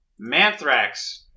Manthrax